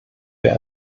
wir